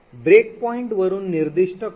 break point वरून निर्दिष्ट करू